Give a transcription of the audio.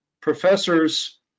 professors